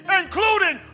including